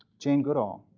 jane goodall.